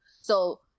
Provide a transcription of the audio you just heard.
So-